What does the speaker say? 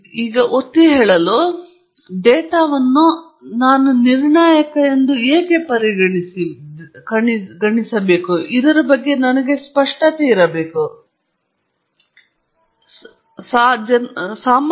ಸರಿ ಕೇವಲ ಒತ್ತಿಹೇಳಲು ಡೇಟಾವನ್ನು ನಿರ್ಣಾಯಕ ಎಂದು ಏಕೆ ಪರಿಗಣಿಸಲಾಗಿದೆ ಎಂಬುದರ ಬಗ್ಗೆ ಸ್ಪಷ್ಟವಾಗಿರಬೇಕು ವಿಶೇಷವಾಗಿ ಇದು ತುಂಬಾ ಸಾಮಾನ್ಯ ಊಹೆಯಾಗಿದೆ ವಾಸ್ತವವಾಗಿ ಅನೇಕ ಸಂಶೋಧಕರು ದತ್ತಾಂಶವನ್ನು ವಿಶ್ಲೇಷಣೆ ಮಾಡುತ್ತಾರೆ ಮತ್ತು ಏಕೆ ಮತ್ತು ಯಾವ ರೀತಿಯ ಸಂಭವನೀಯತೆಯನ್ನು ಕೇಳಬೇಕೆಂದು ಸ್ವಲ್ಪ ಸಮಯದವರೆಗೆ ವಿರಾಮಗೊಳಿಸದೆಯೇ ಡೇಟಾವನ್ನು ಸಂಭವನೀಯಗೊಳಿಸಬಹುದು